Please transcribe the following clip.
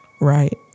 Right